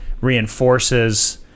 reinforces